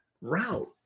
route